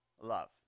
love